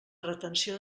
retenció